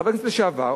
חבר הכנסת לשעבר,